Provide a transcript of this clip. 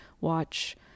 watch